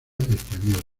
española